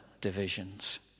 divisions